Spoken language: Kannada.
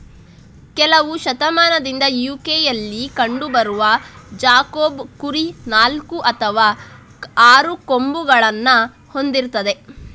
ಕೆಲವು ಶತಮಾನದಿಂದ ಯು.ಕೆಯಲ್ಲಿ ಕಂಡು ಬರುವ ಜಾಕೋಬ್ ಕುರಿ ನಾಲ್ಕು ಅಥವಾ ಆರು ಕೊಂಬುಗಳನ್ನ ಹೊಂದಿರ್ತದೆ